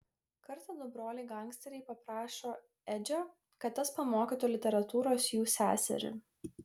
kartą du broliai gangsteriai paprašo edžio kad tas pamokytų literatūros jų seserį